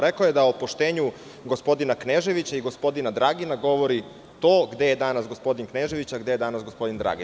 Rekao je da o otpuštenju gospodina Kneževića i gospodina Dragina, govori to gde je danas gospodin Knežević, a gde je danas gospodin Dragin.